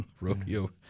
Rodeo